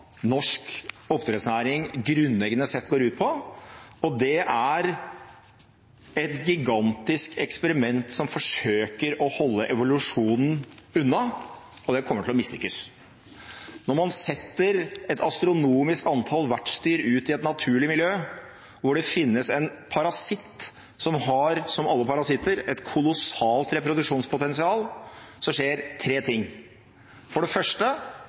norsk oppdrettsnæring grunnleggende sett går ut på. Det er et gigantisk eksperiment som forsøker å holde evolusjonen unna, og det kommer til å mislykkes. Når man setter et astronomisk antall vertsdyr ut i et naturlig miljø hvor det finnes en parasitt som har – som alle parasitter – et kolossalt reproduksjonspotensial, skjer tre ting: For det første: